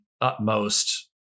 utmost